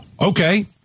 Okay